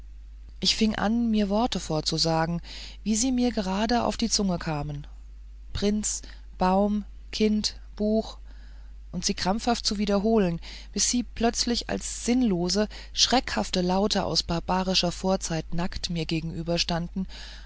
ich fing an mir worte vorzusagen wie sie mir gerade auf die zunge kamen prinz baum kind buch und sie krampfhaft zu wiederholen bis sie plötzlich als sinnlose schreckhafte laute aus barbarischer vorzeit nackt mir gegenüberstanden